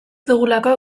dugulako